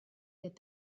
that